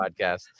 podcast